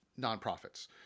nonprofits